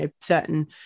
certain